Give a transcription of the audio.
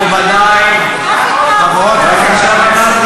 מכובדי חברות וחברי הכנסת,